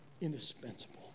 Indispensable